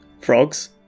Frogs